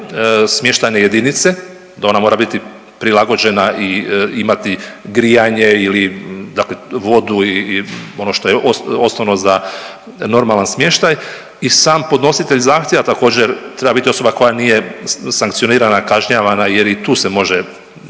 smještajne jedinice da ona mora biti prilagođena i imati grijanje ili dakle vodu i ono što je osnovno za normalan smještaj. I sam podnositelj zahtjeva također treba biti osoba koja nije sankcionirana, kažnjavana jer i tu se može